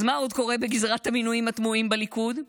אז מה עוד קורה בגזרת המינויים התמוהים בליכוד?